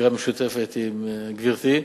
בקריאה משותפת עם גברתי,